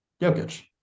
Jokic